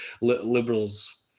liberals –